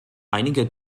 einige